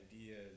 ideas